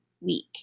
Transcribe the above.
week